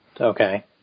Okay